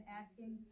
asking